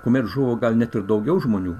kuomet žuvo gal net ir daugiau žmonių